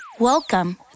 Welcome